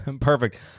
Perfect